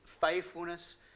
faithfulness